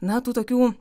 na tų tokių